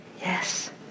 Yes